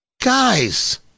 Guys